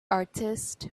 artist